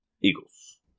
Eagles